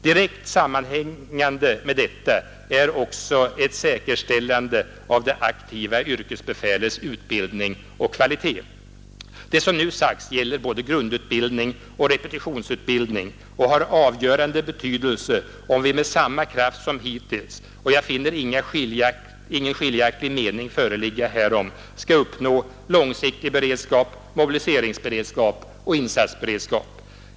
Direkt sammanhängande med detta är också ett säkerställande av det aktiva yrkesbefälets utbildning och kvalitet. Det som nu sagts gäller både grundutbildning och repetitionsutbildning och har avgörande betydelse om vi med samma kraft som hittills — och jag finner ingen skiljaktig mening föreligga härom — skall uppnå långsiktig beredskap, mobiliseringsberedskap och insatsberedskap.